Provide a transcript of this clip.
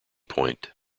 point